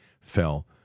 fell